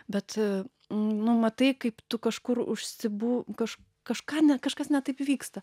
bet nu matai kaip tu kažkur užsibuv kaž kažką ne kažkas ne taip vyksta